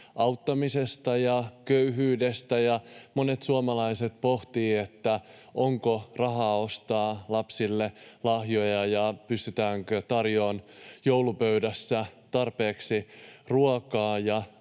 auttamisesta ja köyhyydestä, ja monet suomalaiset pohtivat, onko rahaa ostaa lapsille lahjoja ja pystytäänkö tarjoamaan joulupöydässä tarpeeksi ruokaa.